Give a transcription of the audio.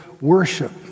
worship